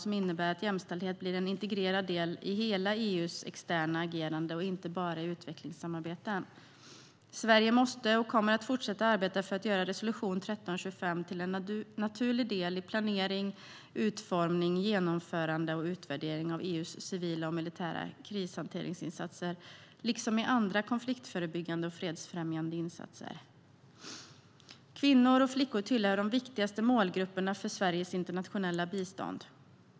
Den innebär att jämställdhet blir en integrerad del i hela EU:s externa agerande, inte bara i utvecklingssamarbeten. Sverige måste och kommer att fortsätta arbetet för att göra resolution 1325 till en naturlig del i planering, utformning, genomförande och utvärdering av EU:s civila och militära krishanteringsinsatser liksom i andra konfliktförebyggande och fredsfrämjande insatser. Kvinnor och flickor tillhör de viktigaste målgrupperna för Sveriges internationella bistånd.